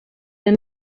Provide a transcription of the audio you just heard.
than